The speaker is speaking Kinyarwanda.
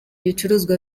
ibicuruzwa